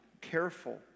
careful